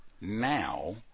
now